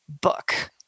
book